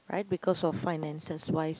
right because of finances wise